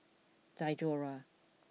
Diadora